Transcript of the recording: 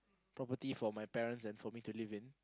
property for my parents and for me to live in